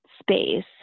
space